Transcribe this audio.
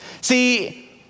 See